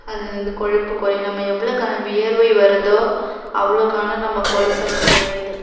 அது வந்து கொழுப்பு குறையும் நம்ம எவ்வளோக்கான வியர்வை வருதோ அவ்வளோக்கான நம்ம கொழுப்பெல்லாம் குறையிது